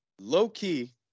low-key